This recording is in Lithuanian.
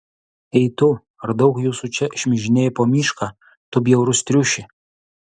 ei tu ar daug jūsų čia šmižinėja po mišką tu bjaurus triuši